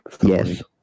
yes